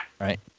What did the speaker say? right